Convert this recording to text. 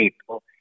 people